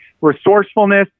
resourcefulness